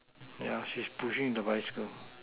yeah she is pushing the bicycle